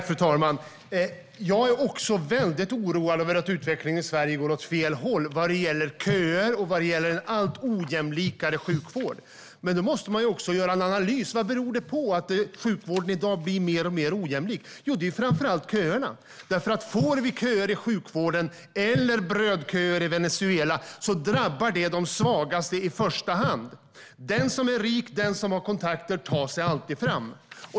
Fru talman! Jag är också väldigt oroad över att utvecklingen i Sverige går åt fel håll vad gäller köer och en alltmer ojämlik sjukvård. Men man måste också göra en analys: Vad beror det på att sjukvården i dag blir mer och mer ojämlik? Jo, det är framför allt köerna. Får vi köer i sjukvården eller brödköer i Venezuela drabbar det de svagaste i första hand. Den som är rik eller har kontakter tar sig alltid fram.